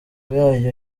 yayo